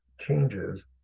changes